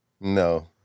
No